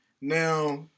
Now